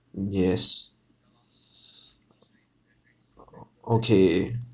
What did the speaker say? mm yes o~ o~ okay